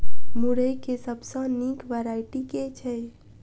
मुरई केँ सबसँ निक वैरायटी केँ छै?